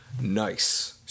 Nice